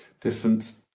different